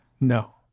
No